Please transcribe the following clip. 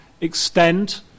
extend